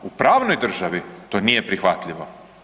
U pravnoj državi to nije prihvatljivo.